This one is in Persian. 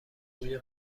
بوی